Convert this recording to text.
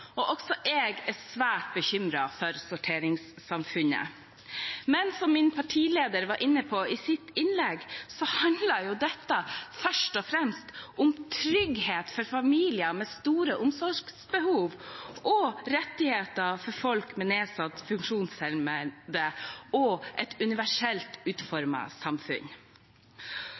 og også jeg er svært bekymret for sorteringssamfunnet. Men som min partileder var inne på i sitt innlegg, handler dette først og fremst om trygghet for familier med store omsorgsbehov, rettigheter for folk med nedsatt funksjonsevne og et universelt utformet samfunn.